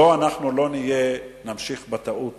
בוא לא נמשיך בטעות